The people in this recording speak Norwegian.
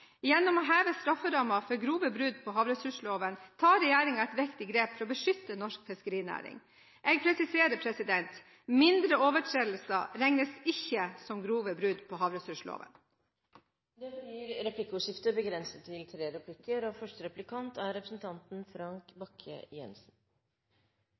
Gjennom å heve strafferammen for grove brudd på havressursloven tar regjeringen et viktig grep for å beskytte norsk fiskerinæring. Jeg presiserer: Mindre overtredelser regnes ikke som grove brudd på havressursloven. Det blir replikkordskifte. Jeg registrerer at Senterpartiet mener Høyre nå går bort fra fylkesbindingen. Det er